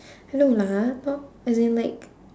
no lah not as in like